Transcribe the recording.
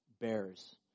bears